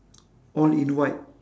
all in white